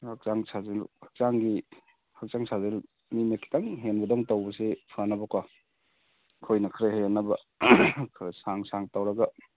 ꯍꯛꯆꯥꯡ ꯁꯥꯖꯦꯜ ꯍꯛꯆꯥꯡꯒꯤ ꯍꯛꯆꯥꯡ ꯁꯥꯖꯦꯜ ꯃꯤꯅ ꯈꯖꯤꯛꯇꯪ ꯍꯦꯟꯕꯗꯧꯅ ꯇꯧꯕꯁꯦ ꯐꯅꯕꯀꯣ ꯑꯩꯈꯣꯏꯅ ꯈꯔ ꯍꯦꯟꯅꯕ ꯈꯔ ꯁꯥꯡꯅ ꯁꯥꯡꯅ ꯇꯧꯔꯒ